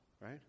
right